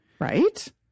right